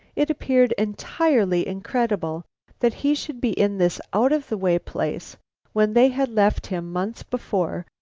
it appeared entirely incredible that he should be in this out of the way place when they had left him, months before,